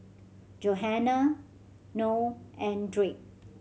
Johannah Noe and Drake